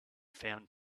found